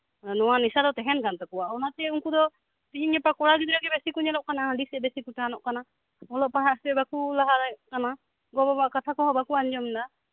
ᱱᱚᱣᱟ ᱱᱮᱥᱟ ᱫᱚ ᱛᱟᱸᱦᱮᱱ ᱠᱟᱱ ᱛᱟᱠᱚᱣᱟ ᱚᱱᱟᱛᱮ ᱩᱱᱠᱩ ᱫᱚ ᱛᱮᱦᱤᱧ ᱜᱟᱯᱟ ᱠᱚᱲᱟ ᱜᱤᱫᱽᱨᱟᱹ ᱜᱮ ᱵᱮᱥᱤ ᱠᱚ ᱧᱮᱞᱚᱜ ᱠᱟᱱᱟ ᱦᱟᱸᱹᱰᱤ ᱥᱮᱜ ᱵᱮᱥᱤ ᱠᱚ ᱴᱟᱱᱚᱜ ᱠᱟᱱᱟ ᱚᱞᱚᱜ ᱯᱟᱲᱦᱟᱜ ᱥᱮᱜ ᱵᱟᱠᱚ ᱞᱟᱦᱟ ᱫᱟᱲᱮᱭᱟᱜ ᱠᱟᱱᱟ ᱜᱚ ᱵᱟᱵᱟ ᱟᱜ ᱠᱟᱛᱷᱟ ᱠᱚᱸᱦᱚ ᱵᱟᱠᱚ ᱟᱸᱡᱚᱢ ᱫᱟ